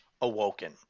awoken